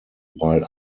while